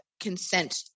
consent